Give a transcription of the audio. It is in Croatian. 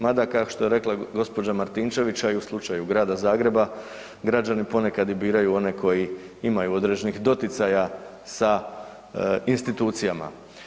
Mada kao što je rekla gospođa Martinčević, a i u slučaju Grada Zagreba građani ponekad i biraju one koji imaju određenih doticaja sa institucijama.